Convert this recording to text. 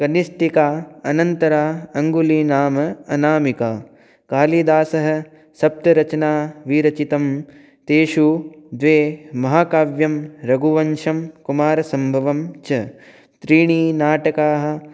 कनिष्ठिका अनन्तरा अङ्गुलिः नाम अनामिका कालिदासः सप्तरचना विरचितं तेषु द्वे महाकाव्यं रघुवंशं कुमारसम्भवं च त्रीणि नाटकानि